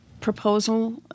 proposal